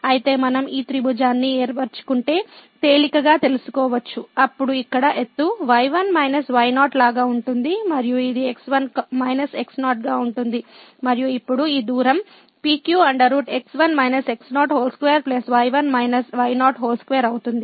అయితే మనం ఈ త్రిభుజాన్ని ఏర్పరచుకుంటే తేలికగా తెలుసుకోవచ్చు అప్పుడు ఇక్కడ ఎత్తు y1 y0 లాగా ఉంటుంది మరియు ఇది x1 x0 గా ఉంటుంది మరియు ఇప్పుడు ఈ దూరం PQ 22అవుతుంది